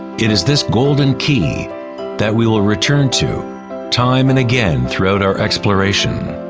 it is this golden key that we will return to time and again throughout our exploration.